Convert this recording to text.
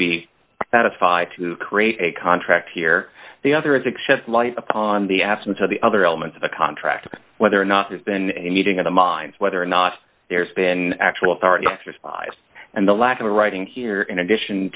be satisfied to create a contract here the other is excess light upon the absence of the other elements of a contract whether or not there's been a meeting of the minds whether or not there's been actual authority and the lack of a writing here in addition